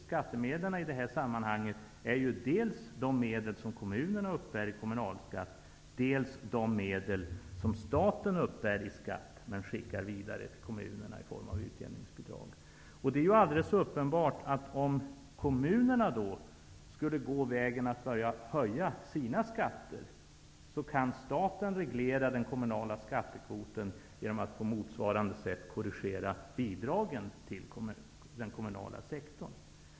Skattemedlen i detta sammanhang är dels de medel som kommunerna uppbär i kommunalskatt, dels de medel som staten uppbär i skatt men skickar vidare till kommunerna i form av utjämningsbidrag. Det är alldeles uppenbart att staten, om kommunerna börjar att höja sina skatter, kan reglera den kommunala skattekvoten genom att på motsvarande sätt korrigera bidragen till den kommunala sektorn.